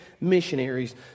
missionaries